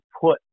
put